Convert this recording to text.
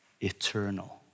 eternal